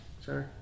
Sorry